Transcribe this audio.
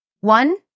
One